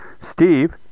Steve